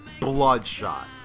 bloodshot